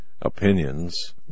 opinions